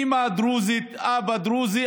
אימא דרוזית ואבא דרוזי,